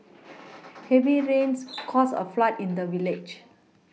heavy rains caused a flood in the village